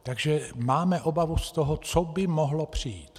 Takže máme obavu z toho, co by mohlo přijít.